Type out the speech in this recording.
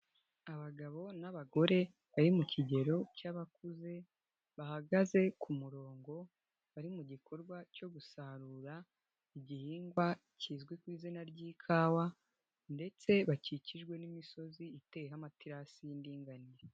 Abagabo n'abagore bari mu kigero cy'abakuze bahagaze ku murongo, bari mu gikorwa cyo gusarura igihingwa kizwi ku izina ry'ikawa ndetse bakikijwe n'imisozi iteyeho amaterasi y'indinganire.